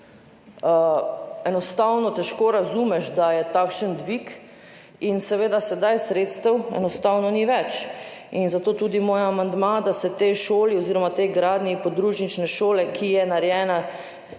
Enostavno težko razumeš takšen dvig in seveda sedaj sredstev enostavno ni več in zato tudi moj amandma, da se tej šoli oziroma tej gradnji podružnične šole, ki je narejena,